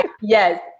Yes